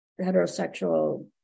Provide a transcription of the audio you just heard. heterosexual